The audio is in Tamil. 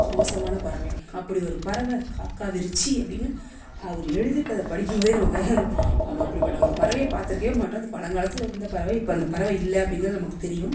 மோசமான பறவையாம் அப்படி ஒரு பறவை காக்காவிருட்சி அப்படினு அவர் எழுதிருக்கிறத படிக்கும் போது நமக்கு நம்ம அப்படிப்பட்ட ஒரு பறவையை பாத்திருக்கவே மாட்டோம் அது பழங்காலத்தில் இருந்த பறவை இப்போ அந்த பறவை இல்லை அப்படிங்கிறது நமக்கு தெரியும்